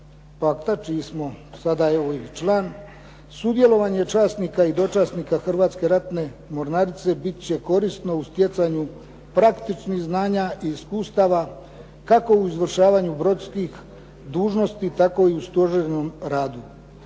pakta čiji smo sada evo i član. Sudjelovanje časnika i dočasnika Hrvatske ratne mornarice bit će korisno u stjecanju praktičnih znanja i iskustava kako u izvršavanju brodskih dužnosti, tako i u stožernom radu.